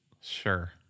Sure